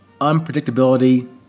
unpredictability